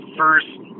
first